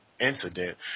Incident